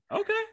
Okay